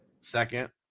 Second